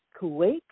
Kuwait